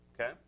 Okay